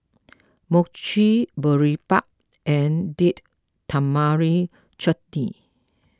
Mochi Boribap and Date Tamarind Chutney